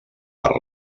per